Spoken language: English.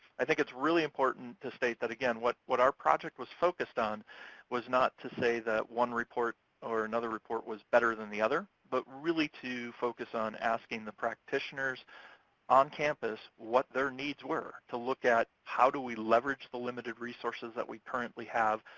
i think it's really important to state that, again, what what our project was focused on was not to say that one report or another report was better than the other, but really to focus on asking the practitioners on campus what their needs were, to look at how do we leverage the limited resources that we currently have,